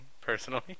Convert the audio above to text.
personally